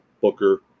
Booker